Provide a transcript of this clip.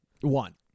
One